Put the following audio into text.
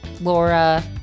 Laura